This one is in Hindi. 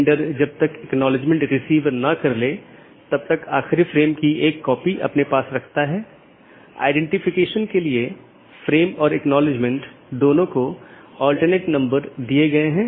सत्र का उपयोग राउटिंग सूचनाओं के आदान प्रदान के लिए किया जाता है और पड़ोसी जीवित संदेश भेजकर सत्र की स्थिति की निगरानी करते हैं